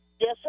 Yes